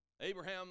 Abraham